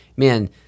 man